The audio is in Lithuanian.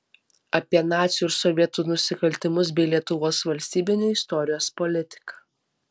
apie nacių ir sovietų nusikaltimus bei lietuvos valstybinę istorijos politiką